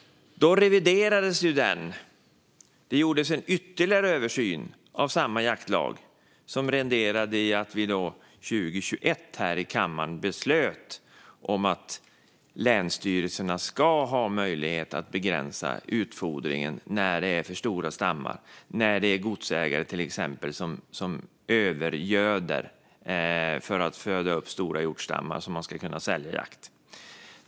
Då reviderades den, och det gjordes ytterligare en översyn av jaktlagen. Den resulterade i att vi år 2021 här i kammaren beslöt att länsstyrelserna ska ha möjlighet att begränsa utfodringen när det är för stora stammar, till exempel när godsägare övergöder för att föda upp stora hjortstammar för att kunna sälja jakt.